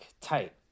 tight